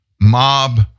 Mob